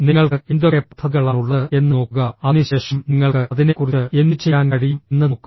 നിങ്ങൾക്ക് എന്തൊക്കെ പദ്ധതികളാണുള്ളത് എന്ന് നോക്കുക അതിനുശേഷം നിങ്ങൾക്ക് അതിനെക്കുറിച്ച് എന്തുചെയ്യാൻ കഴിയും എന്ന് നോക്കുക